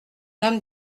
homme